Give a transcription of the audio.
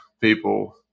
people